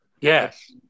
Yes